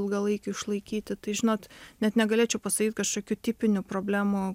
ilgalaikių išlaikyti tai žinot net negalėčiau pasakyt kažkokių tipinių problemų